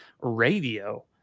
radio